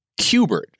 cubert